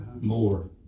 more